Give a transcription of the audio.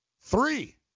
Three